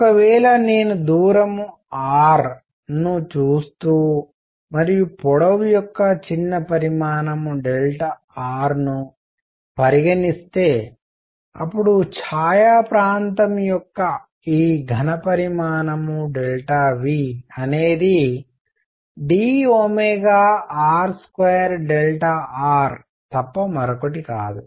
ఒకవేళ నేను దూరం r ను చూస్తూ మరియు పొడవు యొక్క చిన్న పరిమాణంr ను పరిగణిస్తే అపుడు ఛాయా ప్రాంతం యొక్క ఈ ఘణపరిమాణం V అనేది d r2r తప్ప మరొకటి కాదు